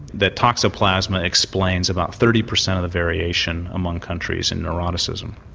the toxoplasma explains about thirty percent of the variation among countries in neuroticism.